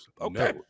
Okay